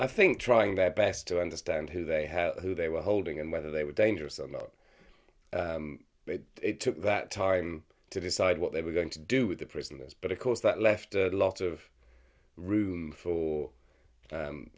i think trying their best to understand who they have who they were holding and whether they were dangerous or not but it took that time to decide what they were going to do with the prisoners but of course that left a lot of room for